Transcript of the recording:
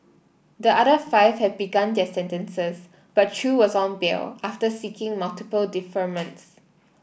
the other five have begun their sentences but Chew was on bail after seeking multiple deferments